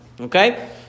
Okay